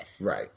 Right